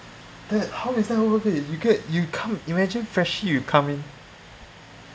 that how is that worth it you get you come imagine freshie you come in